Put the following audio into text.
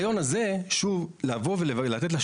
יותר.